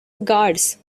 guards